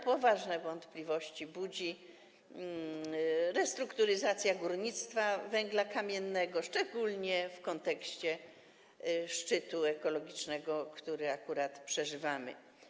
Poważne wątpliwości budzi natomiast restrukturyzacja górnictwa węgla kamiennego, szczególnie w kontekście szczytu ekologicznego, który akurat się odbywa.